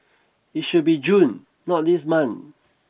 it should be June not this month